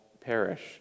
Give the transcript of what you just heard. perish